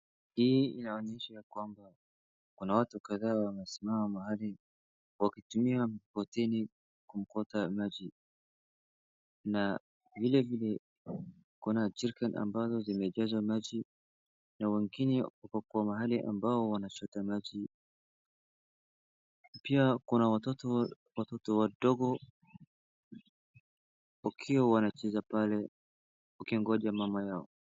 Hii inaonyesha ya kwamba kuna watu kadhaa wamesimama mahali wakitumia mkokoteni kuokota maji na vilevile kuna jerican ambazo zimejazwa maji na wengine wako kwa mahali ambao wanachota maji. Pia kuna watoto wadogo wakiwa wanacheza pale wakingoja mama yao.